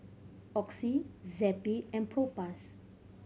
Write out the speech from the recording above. Oxy Zappy and Propass